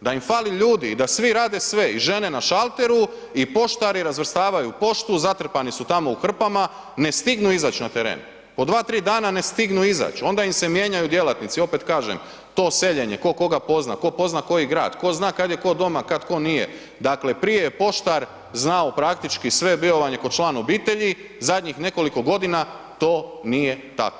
da im fali ljudi i da svi rade sve i žene na šalteru i poštari razvrstavaju poštu, zatrpani su tamo u hrpama, ne stignu izać na teren, po 2-3 dana ne stignu izać, onda im se mijenjaju djelatnici, opet kažem to seljenje tko koga pozna, tko pozna koji grad, tko zna kad je tko doma, kad tko nije, dakle prije je poštar znao praktički sve, bio vam je ko član obitelji, zadnjih nekoliko godina to nije tako.